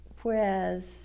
whereas